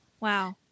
Wow